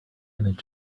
image